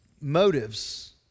motives